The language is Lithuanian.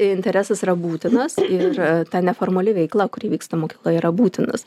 interesas yra būtinas ir ta neformali veikla kuri vyksta mokykloje yra būtinas